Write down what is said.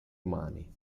umani